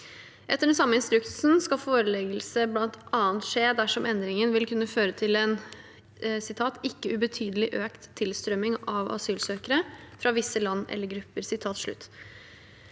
Etter den samme instruksen skal foreleggelse bl.a. skje dersom endringen vil kunne føre til «en ikke ubetydelig økt tilstrømming av asylsøkere fra visse land eller grupper.»